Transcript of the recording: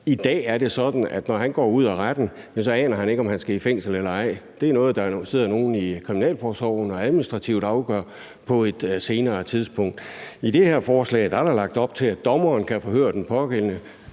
I dag er det sådan, at når han går ud af retten, aner han ikke, om han skal i fængsel eller ej. Det er noget, som der sidder nogle i kriminalforsorgen og afgør administrativt på et senere tidspunkt. I det her forslag er der lagt op til, at dommeren kan forhøre den pågældende.